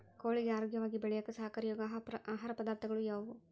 ಕೋಳಿಗೆ ಆರೋಗ್ಯವಾಗಿ ಬೆಳೆಯಾಕ ಸಹಕಾರಿಯಾಗೋ ಆಹಾರ ಪದಾರ್ಥಗಳು ಯಾವುವು?